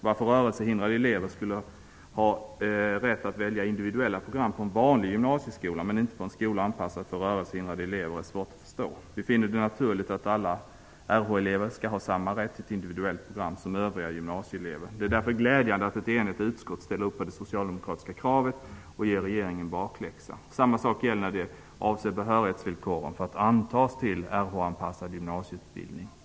Varför rörelsehindrade elever skulle ha rätt att välja individuella program på en vanlig gymnasieskola men inte på en skola som är anpassad för rörelsehindrade elever är svårt att förstå. Vi finner det naturligt att alla Rh-elever skall ha samma rätt till individuella program som övriga gymnasieelever. Det är därför glädjande att ett enigt utskott ställer upp bakom det socialdemokratiska kravet och ger regeringen bakläxa. Samma sak gäller behörighetsvillkoren för att man skall kunna antas till Rh-anpassad gymnasieutbildning.